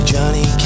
Johnny